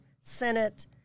senate